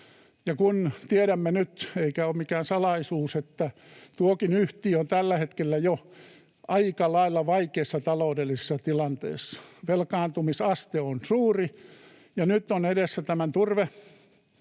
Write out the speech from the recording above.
kun tiedämme nyt — eikä se ole mikään salaisuus — että tuokin yhtiö on tällä hetkellä jo aika lailla vaikeassa taloudellisessa tilanteessa, velkaantumisaste on suuri, niin nyt on edessä tämän